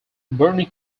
barney